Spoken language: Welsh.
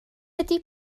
ydy